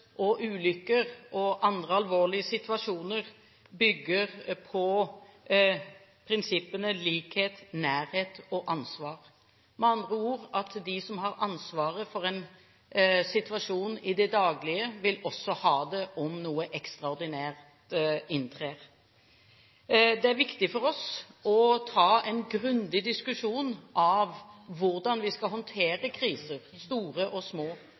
og andre alvorlige situasjoner bygger på prinsippene likhet, nærhet og ansvar. Med andre ord: De som har ansvaret for en situasjon i det daglige, vil også ha det om noe ekstraordinært inntrer. Det er viktig for oss å ta en grundig diskusjon om hvordan vi skal håndtere kriser – store og små.